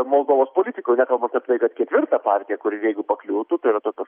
žmogaus politikoj nekalbu apie tai kad ketvirtą partiją kuri jeigu pakliūtų tai yra tokio